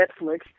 Netflix